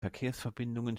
verkehrsverbindungen